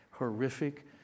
Horrific